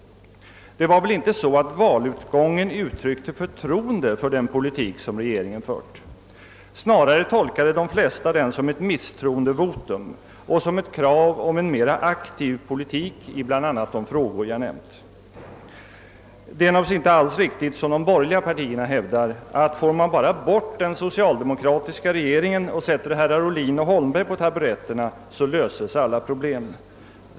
Valutgången uttryckte väl inte förtroende för den politik som regeringen fört. Snarare tolkade de flesta den som ett misstroendevotum och som ett krav på en mera aktiv politik i bl.a. de frågor jag nämnt. Naturligtvis är det inte alls riktigt, som de borgerliga partierna hävdar, att får man bara bort den socialdemokratiska regeringen och sätter herrar Ohlin och Holmberg på taburetterna löses alla problem.